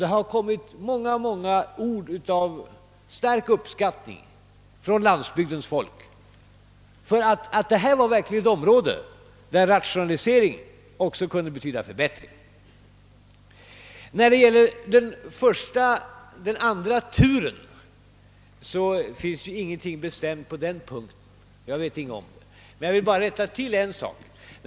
Detta har rönt stark uppskattning av landsbygdens folk, ty på detta område betydde ratio naliseringen verkligen också förbättring. Beträffande den andra turen finns ingenting bestämt, men jag vill rätta till ett missförstånd.